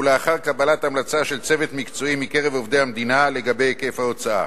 ולאחר קבלת המלצה של צוות מקצועי מקרב עובדי המדינה לגבי היקף ההוצאה,